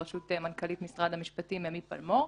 בראשות מנכ"לית משרד המשפטים אמי פלמור.